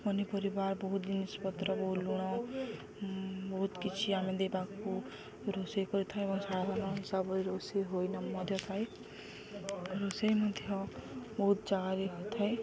ପନିପରିବାର ବହୁତ ଜିନିଷପତ୍ର ବୁ ଲୁଣ ବହୁତ କିଛି ଆମେ ଦେବାକୁ ରୋଷେଇ କରିଥାଉ ଏବଂ ରୋଷେଇ ହୋଇନ ମଧ୍ୟ ଖାଇ ରୋଷେଇ ମଧ୍ୟ ବହୁତ ଜାଗା ହୋଇଥାଏ